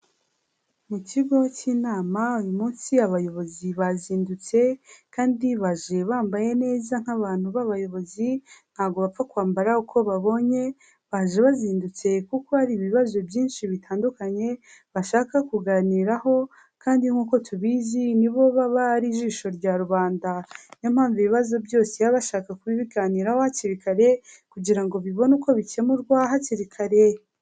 Mu kigo cy'inama uyu munsi abayobozi bazindutse kandi baje bambaye neza nk'abantu b'abayobozi, ntago bapfa kwambara uko babonye, baje bazindutse kuko hari ibibazo byinshi bitandukanye bashaka kuganiraho kandi nk'uko tubizi nibo baba ari ijisho rya rubanda niyo mpamvu ibibazo byose baba bashaka kubiganiraho hakiri kare kugira ngo bibone uko bikemurwa hakiri kare.